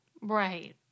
Right